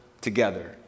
together